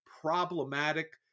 problematic